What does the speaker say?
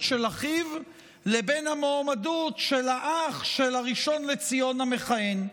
של אחיו לבין המועמדות של האח של הראשון לציון המכהן.